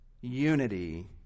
unity